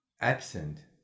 absent